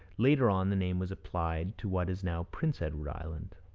later on, the name was applied to what is now prince edward island.